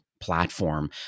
platform